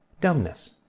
dumbness